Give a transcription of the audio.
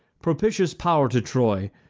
propitious pow'r to troy,